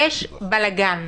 יש בלגן.